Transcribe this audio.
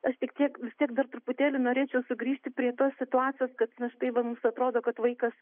aš tik tiek vis tiek dar truputėlį norėčiau sugrįžti prie tos situacijos kad na štai va mums atrodo kad vaikas